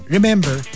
Remember